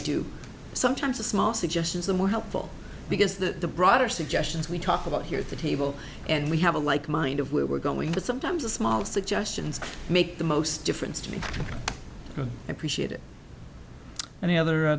do sometimes a small suggestions that were helpful because the broader suggestions we talk about here at the table and we have a like mind if we were going to sometimes a small suggestions make the most difference to me appreciate it and the other